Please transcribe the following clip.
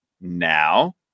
Now